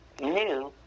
new